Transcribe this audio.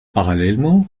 parallèlement